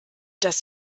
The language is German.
das